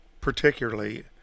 particularly